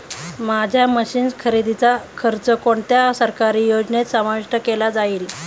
माझ्या मशीन्स खरेदीचा खर्च कोणत्या सरकारी योजनेत समाविष्ट केला जाईल?